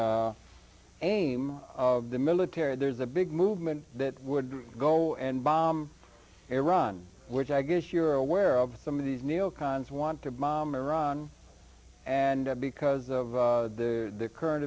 the aim of the military there's a big movement that would go and bomb iran which i guess you're aware of some of these neo cons want to bomb iran and because of the current